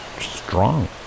strong